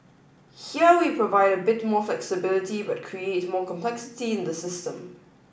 here we provide a bit more flexibility but create more complexity in the system